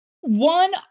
One